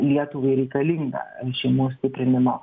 lietuvai reikalinga šeimos stiprinimo